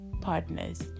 partners